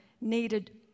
needed